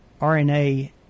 RNA